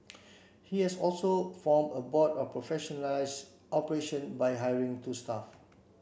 he has also form a board and professionalize operation by hiring two staff